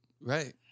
Right